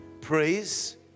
Praise